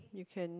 you can